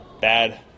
bad